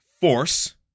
force